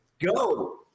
go